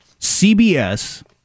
CBS